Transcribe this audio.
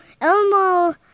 Elmo